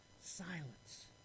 silence